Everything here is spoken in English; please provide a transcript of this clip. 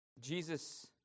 Jesus